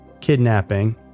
kidnapping